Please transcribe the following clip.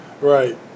Right